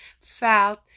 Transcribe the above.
felt